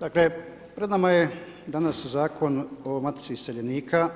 Dakle pred nama je danas Zakon o matici iseljenika,